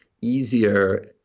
easier